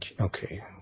okay